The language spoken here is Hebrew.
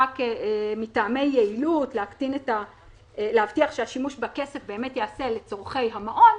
מטעמי יעילות להבטיח שהשימוש בכסף באמת ייעשה לצרכי המעון,